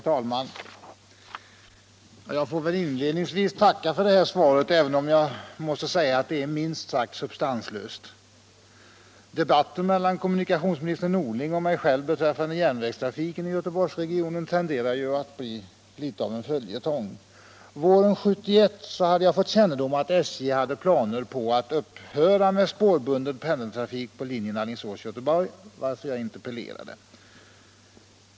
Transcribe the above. Herr talman! Jag får väl inledningsvis tacka för svaret, även om jag måste säga att det är minst sagt substanslöst. Debatten mellan kommunikationsminister Norling och mig själv beträffande järnvägstrafiken i Göteborgsregionen tenderar att bli en föl jetong. Våren 1971 hade jag fått kännedom om att SJ hade planer på att upphöra med spårbunden pendeltrafik på linjen Alingsås-Göteborg, varför jag interpellerade.